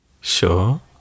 Sure